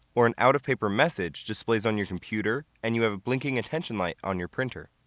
or an out of paper message displays on your computer and you have a blinking attention light on your printer.